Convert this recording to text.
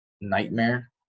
nightmare